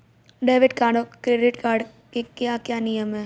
Debit card और credit card के क्या क्या नियम हैं?